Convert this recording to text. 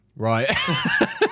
Right